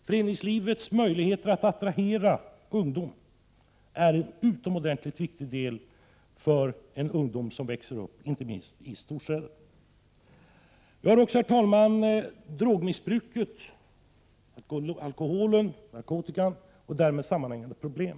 Föreningslivets möjligheter att attrahera ungdom är någonting utomordentligt viktigt för ungdomen, inte minst för den ungdom som växer upp i storstäderna. Vidare har vi, herr talman, drogmissbruket — alkoholen och narkotikan och därmed sammanhängande problem.